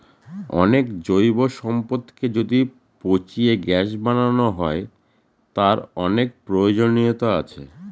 অনেক জৈব সম্পদকে যদি পচিয়ে গ্যাস বানানো হয়, তার অনেক প্রয়োজনীয়তা আছে